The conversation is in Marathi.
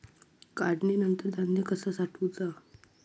काढणीनंतर धान्य कसा साठवुचा?